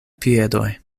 piedoj